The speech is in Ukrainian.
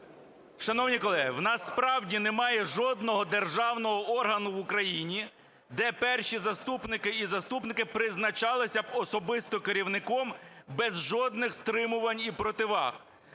Шановні колеги, в нас справді немає жодного державного органу в Україні, де перші заступники і заступники призначалися особисто керівником без жодних стримувань і противаг.